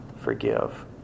forgive